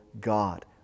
God